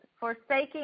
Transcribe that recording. Forsaking